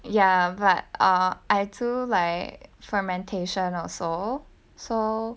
ya but uh I do like fermentation also so